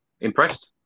Impressed